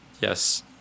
Yes